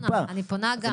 אני פונה גם בשם המשרדים,